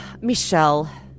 Michelle